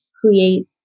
create